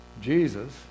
Jesus